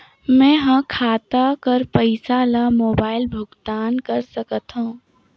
मैं ह खाता कर पईसा ला मोबाइल भुगतान कर सकथव?